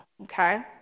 Okay